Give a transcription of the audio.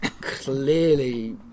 clearly